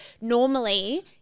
normally